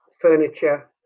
furniture